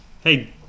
hey